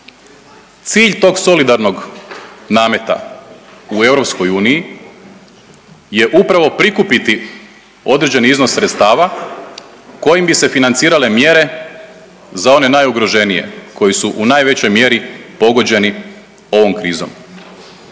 Cilj tog solidarnog nameta u EU je upravo prikupiti određeni iznos sredstava kojim bi se financirale mjere za one najugroženije, koji su u najvećoj mjeri pogođeni ovom krizom.